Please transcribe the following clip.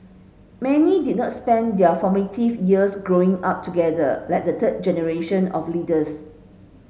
many did not spend their formative years Growing Up together like the third generation of leaders